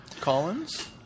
Collins